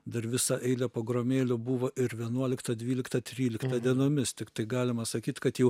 dar visa eilė pogromėlių buvo ir vienuoliktą dvyliktą tryliktą dienomis tiktai galima sakyt kad jau